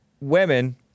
women